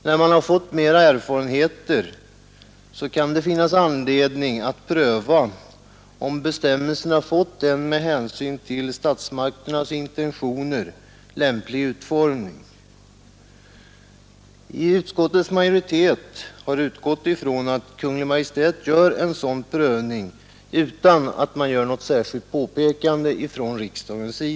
När man har fått mera erfarenheter kan det finnas anledning att pröva, om bestämmelserna fått en med hänsyn till statsmakternas intentioner lämplig utformning. Utskottets majoritet har utgått från att Kungl. Maj:t gör en sådan prövning utan något särskilt påpekande från riksdagen.